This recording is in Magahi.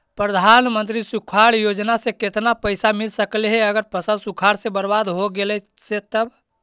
प्रधानमंत्री सुखाड़ योजना से केतना पैसा मिल सकले हे अगर फसल सुखाड़ से बर्बाद हो गेले से तब?